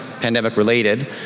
pandemic-related